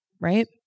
right